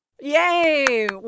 yay